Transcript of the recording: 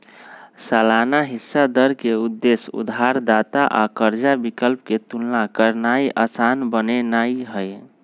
सालाना हिस्सा दर के उद्देश्य उधारदाता आ कर्जा विकल्प के तुलना करनाइ असान बनेनाइ हइ